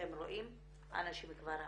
אתם רואים, אנשים כבר עזבו,